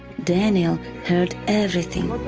daniel heard everything.